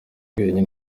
wenyine